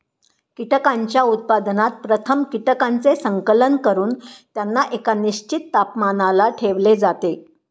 कीटकांच्या उत्पादनात प्रथम कीटकांचे संकलन करून त्यांना एका निश्चित तापमानाला ठेवले जाते